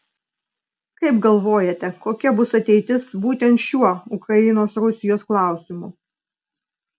kaip galvojate kokia bus ateitis būtent šiuo ukrainos rusijos klausimu